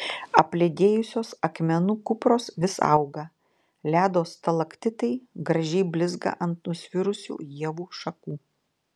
apledėjusios akmenų kupros vis auga ledo stalaktitai gražiai blizga ant nusvirusių ievų šakų